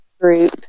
group